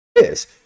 yes